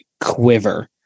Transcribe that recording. quiver